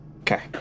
Okay